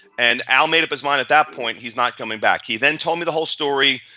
and al made up his mind at that point he's not coming back. he then told me the whole story.